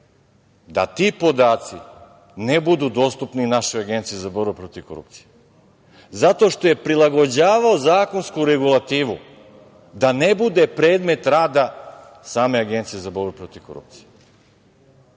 da ti podaci ne budu dostupni našoj Agenciji za borbu protiv korupcije zato što je prilagođavao zakonsku regulativu da ne bude predmet rada same Agencije za borbu protiv korupcije. Kad